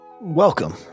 Welcome